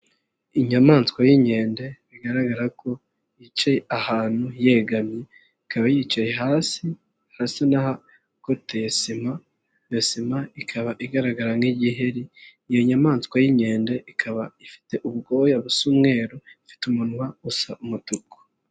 Inyamaswa y'inkende bigaragara ko yicaye ahantu yegamye, ikaba yicaye hasi hasa n'ahakoteye sima, iyo sima ikaba igaragara nk'igiheri, iyo nyamaswa y'inkende ikaba ifite ubwoya busa umweru, ifite umunwa usa umutuku.